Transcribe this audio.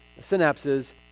synapses